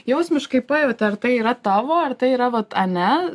jausmiškai pajauti ar tai yra tavo ar tai yra vat ane